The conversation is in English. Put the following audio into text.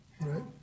Right